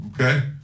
okay